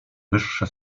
wyższe